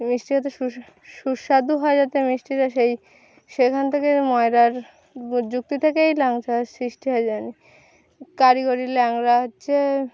মিষ্টি যাতে সু সুস্বাদু হয় যাতে মিষ্টিটা সেই সেখান থেকে ময়রার যুক্তি থেকেই লাংচা সৃষ্টি হয়ে জানি কারিগরী ল্যাংড়া হচ্ছে